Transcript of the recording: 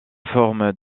forme